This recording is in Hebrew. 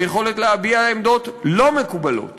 היכולת להביע עמדות לא מקובלות